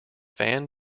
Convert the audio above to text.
fan